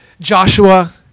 Joshua